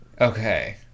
Okay